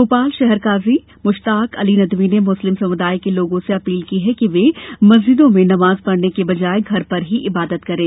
भोपाल शहर काजी मुश्ताक अली नदवी ने मुस्लिम समुदाय के लोगों से अपील की है कि वे मस्जिदों में नमाज पढने की बजाय घर पर ही इबादत करें